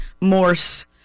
Morse